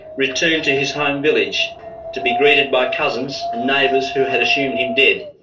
returned to his home village to be greeted by cousins, and neighbours who had assumed him dead.